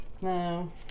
No